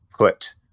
put